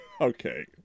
Okay